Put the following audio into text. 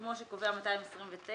כמו שקובע 229,